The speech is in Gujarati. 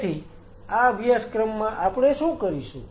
તેથી આ અભ્યાસક્રમમાં આપણે શું કરીશું